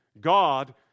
God